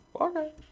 Okay